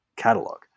Catalog